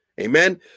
Amen